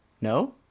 No